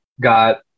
got